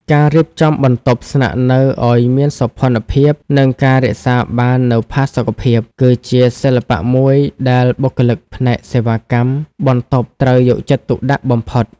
ការរៀបចំបន្ទប់ស្នាក់នៅឱ្យមានសោភ័ណភាព និងការរក្សាបាននូវផាសុកភាព គឺជាសិល្បៈមួយដែលបុគ្គលិកផ្នែកសេវាកម្មបន្ទប់ត្រូវយកចិត្តទុកដាក់បំផុត។